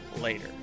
later